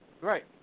Right